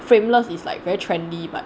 frameless is like very trendy but